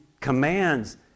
commands